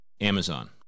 Amazon